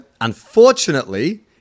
Unfortunately